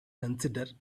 consider